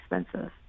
expensive